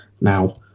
Now